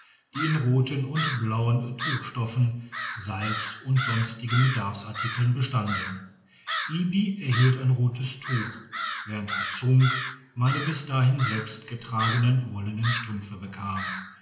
die in roten und blauen tuchstoffen salz und sonstigen bedarfsartikeln bestanden ibi erhielt ein rotes tuch während hussung meine bis dahin selbst getragenen wollenen strümpfe bekam